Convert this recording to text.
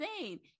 insane